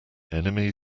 enemy